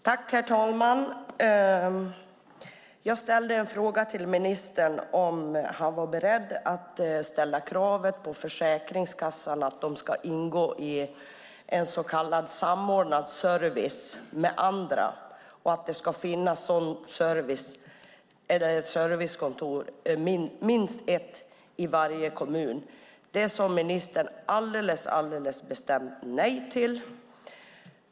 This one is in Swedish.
Herr talman! Jag ställde en fråga till ministern om han var beredd att ställa kravet på Försäkringskassan att de ska ingå i en så kallad samordnad service med andra och att det ska finnas minst ett servicekonto minst i varje kommun. Det sade ministern alldeles bestämt nej till.